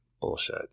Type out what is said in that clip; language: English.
Bullshit